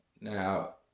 Now